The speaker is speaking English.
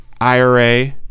IRA